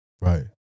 Right